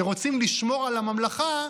שרוצים לשמור על הממלכה,